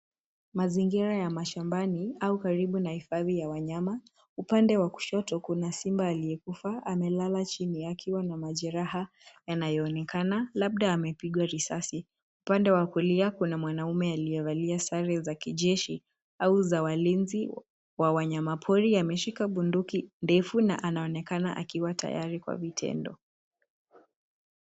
Mazingira ya mashambani au karibu na hifadhi ya wanyama. Upande wa kushoto, kuna simba aliyekufa amelala chini akiwa na majeraha yanayoonekana, labda amepigwa risasi. Upande wa kulia kuna mwanaume aliyevalia sare za kijeshi au za walinzi wa wanyamapori . Ameshika bunduki ndefu na anaonekana akiwa tayari kwa vitendo.